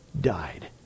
died